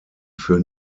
für